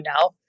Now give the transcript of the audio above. now